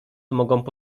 mogą